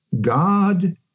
God